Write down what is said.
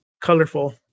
colorful